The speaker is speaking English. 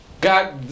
got